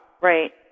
Right